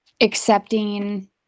accepting